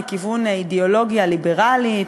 מכיוון אידיאולוגיה ליברלית,